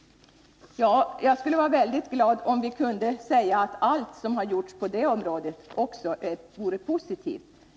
Jag skulle vara väldigt glad om vi kunde säga att allt som gjorts på detta område varit positivt.